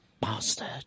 Bastard